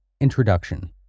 Introduction